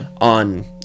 on